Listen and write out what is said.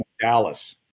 Dallas